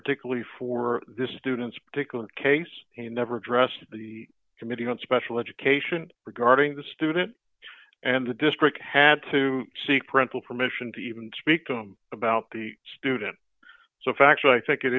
particularly for this student's particular case he never addressed the committee on special education regarding the student and the district had to seek parental permission to even speak to him about the student so factual i think it